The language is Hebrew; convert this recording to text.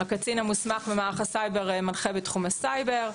והקצין המוסמך במערך הסייבר מנחה בתחום הסייבר.